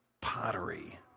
pottery